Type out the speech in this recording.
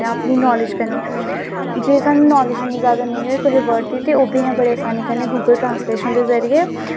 ते उनेंगी पुच्छेओ तुस साढ़ै कोला दा तुसेंगी समझ घट्ट लगदी जां उनेंगी पुच्छी सकदे ओ सौसौ साल दे इक सौ दस साल दे बा होनें